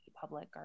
public